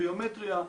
ביומטריה,